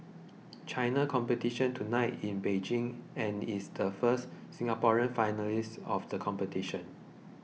China competition tonight in Beijing and is the first Singaporean finalist of the competition